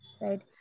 right